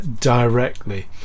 directly